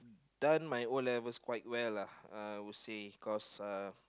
done my O-levels quite well I would say cause uh